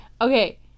Okay